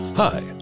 Hi